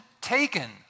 taken